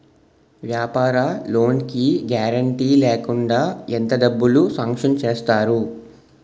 వ్యాపార లోన్ కి గారంటే లేకుండా ఎంత డబ్బులు సాంక్షన్ చేస్తారు?